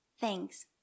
Thanks